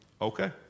Okay